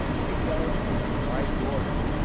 picked out from a dry gorge,